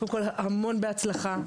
קודם כול, המון בהצלחה.